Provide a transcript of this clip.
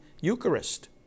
Eucharist